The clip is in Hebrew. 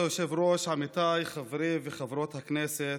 כבוד היושב-ראש, עמיתיי חברי וחברות הכנסת,